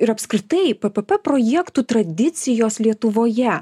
ir apskritai ppp projektų tradicijos lietuvoje